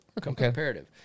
comparative